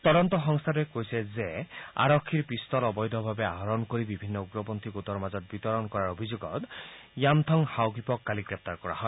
তদন্ত সংস্থাটোৱে কৈছে যে আৰক্ষীৰ পিষ্টল অবৈধভাৱে আহৰণ কৰি বিভিন্ন উগ্ৰপন্থী গোটৰ মাজত বিতৰণ কৰাৰ অভিযোগত য়ামথং হাওকিপক কালি গ্ৰেপ্তাৰ কৰা হয়